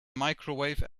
microwave